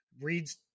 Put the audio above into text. reads